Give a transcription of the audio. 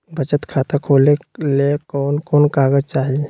बचत खाता खोले ले कोन कोन कागज चाही?